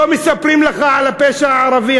לא מספרים לך על הפשע הערבי,